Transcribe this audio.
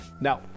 Now